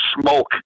smoke